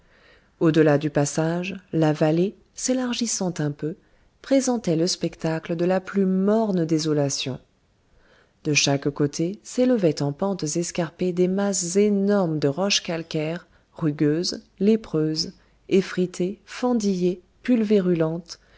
au-delà du passage la vallée s'élargissant un peu présentait le spectacle de la plus morne désolation de chaque côté s'élevaient en pentes escarpées des masses énormes de roches calcaires rugueuses lépreuses effritées fendillées pulvérulentes